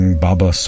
Baba